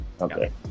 Okay